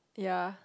ya